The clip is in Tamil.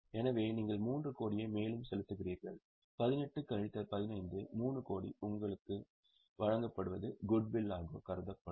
எனவே நீங்கள் 3 கோடியை மேலும் செலுத்துகிறீர்கள் 18 கழித்தல் 15 3 கோடி உங்களுக்கு வழங்கப்படுவது குட் வில்லாக கருதப்படும்